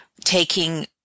taking